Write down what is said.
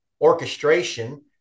orchestration